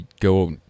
go